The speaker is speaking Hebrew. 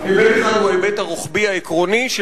ההיבט האחד הוא ההיבט הרוחבי העקרוני של